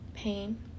pain